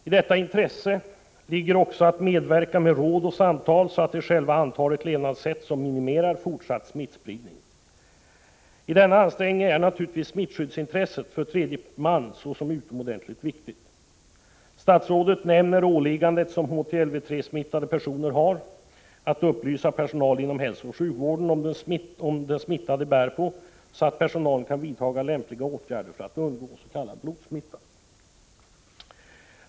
I detta intresse ligger också att medverka med råd och samtal, så att de själva antar ett levnadssätt som minimerar fortsatt smittspridning. I denna ansträngning är naturligtvis skyddsintresset för tredje man utomordentligt viktigt. Statsrådet nämner åliggandet som HTLV-III-smittade personer har att upplysa personal inom hälsooch sjukvården om den smitta de bär på, så att personalen kan vidtaga lämpliga åtgärder för att undgå s.k. blodsmitta.